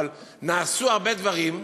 אבל נעשו הרבה דברים,